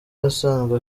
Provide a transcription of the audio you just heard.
asanzwe